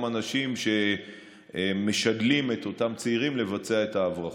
אנשים שמשדלים את אותם צעירים לבצע את ההברחות.